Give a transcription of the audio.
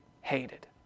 hated